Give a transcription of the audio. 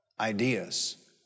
ideas